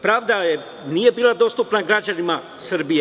Pravda nije bila dostupna građanima Srbije.